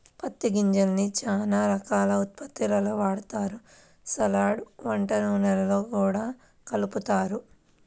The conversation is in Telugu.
పత్తి గింజల్ని చానా రకాల ఉత్పత్తుల్లో వాడతారు, సలాడ్, వంట నూనెల్లో గూడా కలుపుతారు